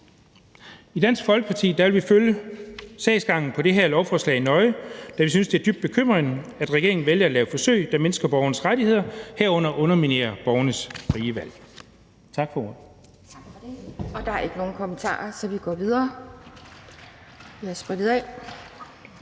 I Dansk Folkeparti vil vi følge sagsgangen på det her lovforslag nøje, da vi synes, det er dybt bekymrende, at regeringen vælger at lave forsøg, der mindsker borgernes rettigheder, herunder underminerer borgernes frie valg.